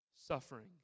suffering